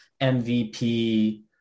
MVP